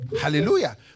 hallelujah